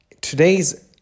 today's